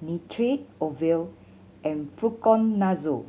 Nitrate Ovule and Fluconazole